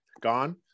gone